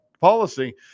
policy